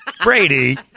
Brady